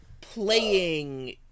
playing